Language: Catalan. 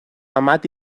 amat